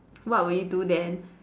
what will you do then